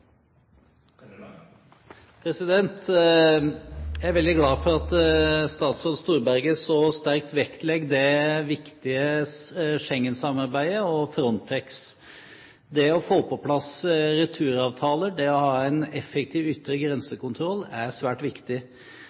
Jeg er veldig glad for at statsråd Storberget så sterkt vektlegger det viktige Schengensamarbeidet og Frontex. Det å få på plass returavtaler og det å ha en effektiv ytre grensekontroll er svært viktig.